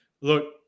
look